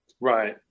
Right